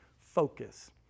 focus